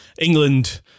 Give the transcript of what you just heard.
England